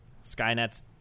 Skynet's